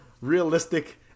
realistic